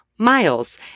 Miles